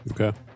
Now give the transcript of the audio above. Okay